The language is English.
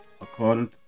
according